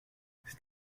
c’est